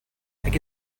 اگه